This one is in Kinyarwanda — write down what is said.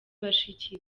bashiki